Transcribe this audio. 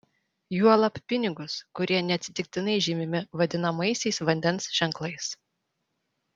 juolab pinigus kurie neatsitiktinai žymimi vadinamaisiais vandens ženklais